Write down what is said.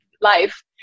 life